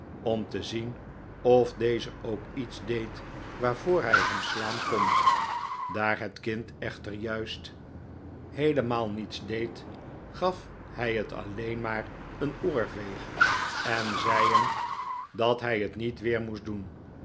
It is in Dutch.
om te zien of deze ook iets deed waarvoor hij hem slaan kon daar het kind echter juist heelemaal niets deed gaf hij het alleen maar een oorveeg en zei hem dat hij het niet weer moest doen